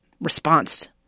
response